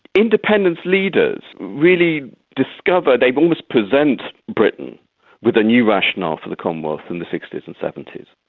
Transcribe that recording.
independence leaders really discovered they'd almost present britain with a new rationale for the commonwealth in the sixties and seventies,